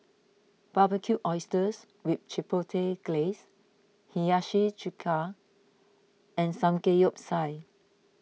Barbecued Oysters with Chipotle Glaze Hiyashi Chuka and Samgeyopsal